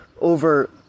over